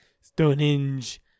Stonehenge